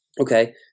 Okay